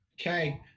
Okay